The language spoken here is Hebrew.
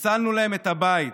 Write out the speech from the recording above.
הצלנו להם את הבית.